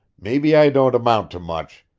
maybe i don't amount to much,